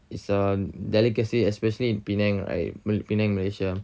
is a delicacy especially in penang right penang malaysia